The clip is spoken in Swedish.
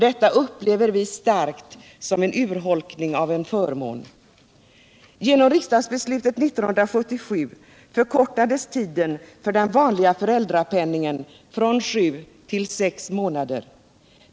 Detta upplever vi som en urholkning av en förmån. Genom riksdagsbeslutet 1977 förkortades tiden för den vanliga föräldrapenningen från sju till sex månader.